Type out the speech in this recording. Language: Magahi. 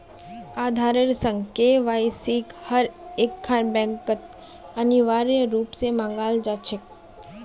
आधारेर संग केवाईसिक हर एकखन बैंकत अनिवार्य रूप स मांगाल जा छेक